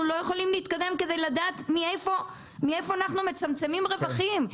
לא יכולים להתקדם כדי לדעת מאיפה אנחנו מצמצמים רווחים,